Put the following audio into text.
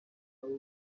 abo